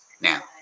Now